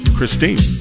Christine